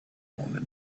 and